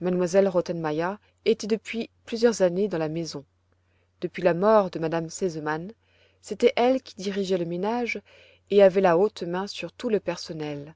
m elle rottenmeier était depuis plusieurs années dans la maison depuis la mort de m me sesemann c'était elle qui dirigeait le ménage et avait la haute main sur tout le personnel